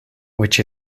which